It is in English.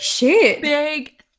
big